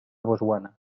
botswana